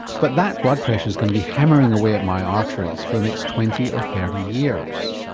but that blood pressure is going to be hammering away at my arteries for the next twenty or thirty years.